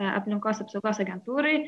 aplinkos apsaugos agentūrai